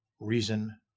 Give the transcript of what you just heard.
reason